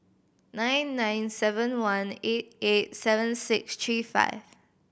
nine nine seven one eight eight seven six three five